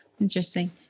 interesting